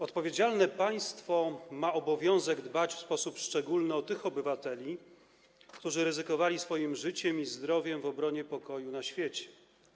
Odpowiedzialne państwo ma obowiązek dbać w sposób szczególny o tych obywateli, którzy ryzykowali swoim życiem i zdrowiem w obronie pokoju na świecie.